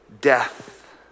death